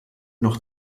noch